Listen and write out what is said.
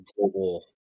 global